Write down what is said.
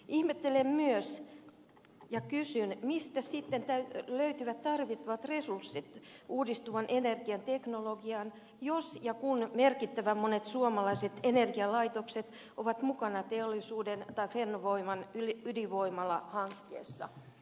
ihmettelen myös ja kysyn mistä sitten löytyvät tarvittavat resurssit uusiutuvan energian teknologiaan jos ja kun merkittävän monet suomalaiset energialaitokset ovat mukana teollisuuden voiman tai fennovoiman ydinvoimalahankkeessa